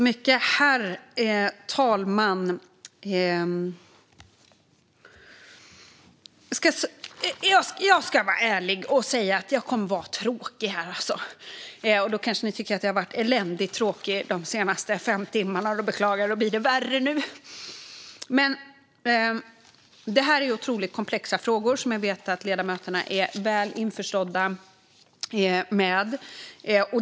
Herr talman! Jag ska vara ärlig och säga att jag kommer att vara tråkig. Ni tycker kanske att jag har varit eländigt tråkig de senaste fem timmarna. Då beklagar jag att det blir värre nu. Det är otroligt komplexa frågor, vilket jag vet att ledamöterna är väl införstådda med.